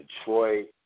Detroit